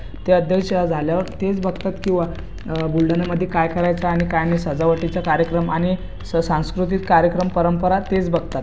ते अध्यक्ष झाल्यावर तेच बघतात किंवा बुलढाण्यामधे काय करायचं आणि काय नाही सजावटीचा कार्यक्रम आणि स सांस्कृतिक कार्यक्रम परंपरा तेच बघतात